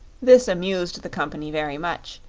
this amused the company very much,